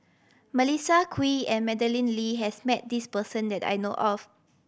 Melissa Kwee and Madeleine Lee has met this person that I know of